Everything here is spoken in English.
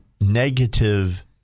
negative